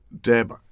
Deb